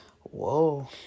whoa